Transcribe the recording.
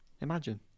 imagine